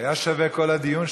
היה שווה כל הדיון,